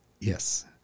Yes